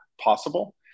possible